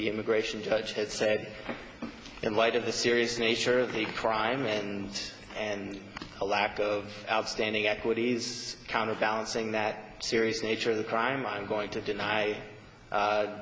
the immigration judge has said in light of the serious nature of the crime and and a lack of outstanding equities counterbalancing that serious nature of the crime i'm going to deny